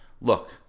Look